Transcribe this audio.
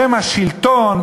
בשם השלטון,